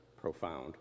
profound